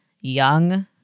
Young